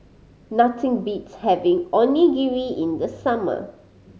nothing beats having Onigiri in the summer